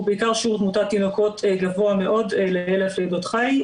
ובעיקר שיעור תמותת תינוקות גבוה מאוד ל-1,000 לידות חי,